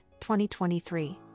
2023